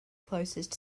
closest